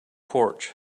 porch